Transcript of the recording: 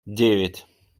девять